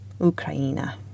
Ukraine